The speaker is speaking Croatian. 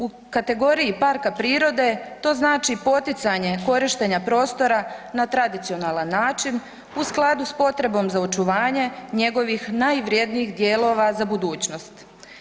U kategoriji parka prirode to znači poticanje korištenja prostora na tradicionalan način u skladu sa potrebom za očuvanje njegovih najvrjednijih dijelova za budućnost.